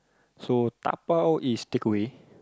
so dabao is takeaway